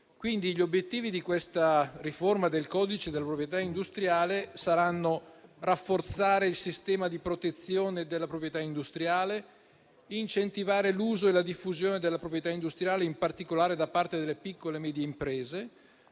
Gli obiettivi di questa riforma del codice della proprietà industriale saranno: rafforzare il sistema di protezione della proprietà industriale, incentivare l'uso e la diffusione della proprietà industriale (in particolare da parte delle piccole e medie imprese),